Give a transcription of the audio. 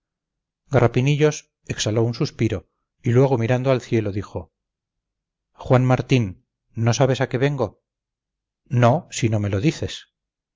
garrapinillos exhaló un suspiro y luego mirando al cielo dijo juan martín no sabes a qué vengo no si no me lo dices